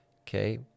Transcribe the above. okay